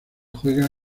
juega